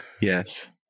Yes